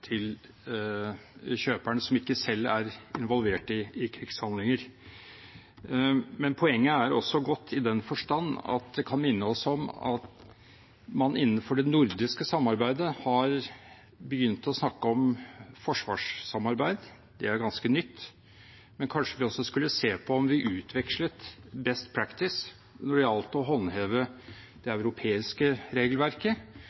til kjøperen, som ikke selv er involvert i krigshandlinger. Poenget er også godt i den forstand at det kan minne oss om at man innenfor det nordiske samarbeidet har begynt å snakke om forsvarssamarbeid – det er ganske nytt – men kanskje vi også skulle se på å utveksle «best practice» når det gjelder å håndheve det